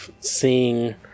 seeing